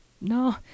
no